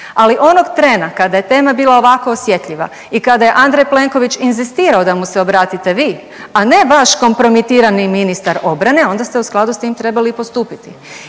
ali onog trena kada je tema bila ovako osjetljiva i kada je Andrej Plenković inzistirao da mu se obratite vi, a ne vaš kompromitirani ministar obrane onda ste u skladu s tim trebali i postupiti.